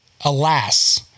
alas